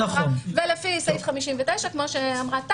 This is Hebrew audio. וכמו שאמרה טל,